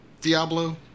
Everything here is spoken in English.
Diablo